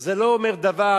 זה לא אומר דבר.